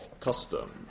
custom